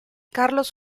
carlos